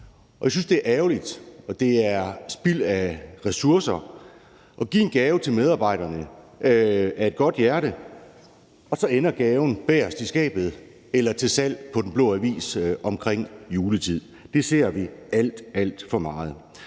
og jeg synes, at det er ærgerligt, og at det er spild af ressourcer at give en gave til medarbejderne af et godt hjerte, og at gaven så ender bagerst i skabet eller til salg på Den Blå Avis omkring juletid. Det ser vi alt, alt for meget.